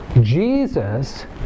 Jesus